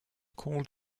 called